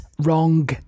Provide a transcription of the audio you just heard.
wrong